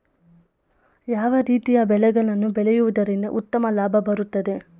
ಯಾವ ರೀತಿಯ ಬೆಳೆಗಳನ್ನು ಬೆಳೆಯುವುದರಿಂದ ಉತ್ತಮ ಲಾಭ ಬರುತ್ತದೆ?